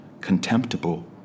contemptible